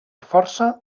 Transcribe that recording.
força